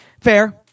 fair